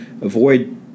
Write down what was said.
avoid